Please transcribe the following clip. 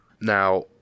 Now